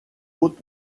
haute